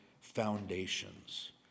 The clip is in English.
foundations